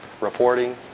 reporting